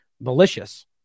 malicious